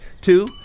Two